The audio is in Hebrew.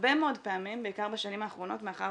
הרבה מאוד פעמים, בעיקר בשנים האחרונות, מאחר